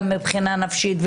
גם מבחינה נפשית,